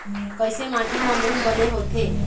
कइसे माटी म मूंग बने होथे?